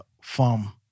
farm